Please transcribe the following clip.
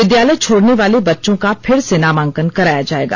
विद्यालय छोड़ने वाले बच्चों का फिर से नामांकन कराया जाएगा